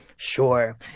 Sure